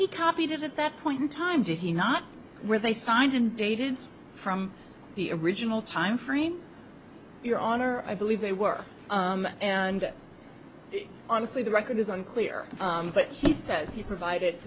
he copied it at that point in time did he not where they signed and dated from the original time frame your honor i believe they were and honestly the record is unclear but he says he provided